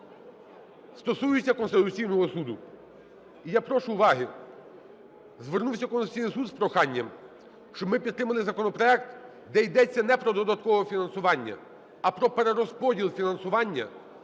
стосується Конституційного Суду. І я прошу уваги. Звернувся Конституційний Суд з проханням, щоб ми підтримали законопроект, де йдеться не про додаткове фінансування, а про перерозподіл фінансування